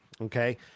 okay